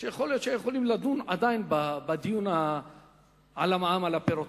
שיכול להיות שהיו יכולים לדון עדיין על המע"מ על הפירות.